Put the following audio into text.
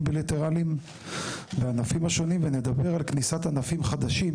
בילטרליים בענפים השונים ונדבר על כניסת ענפים חדשים